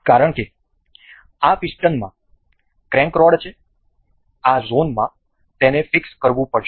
કારણ કે આ પિસ્ટનમાં ક્રેન્ક રોડ છે આ ઝોનમાં તેને ફિક્સ કરવું પડશે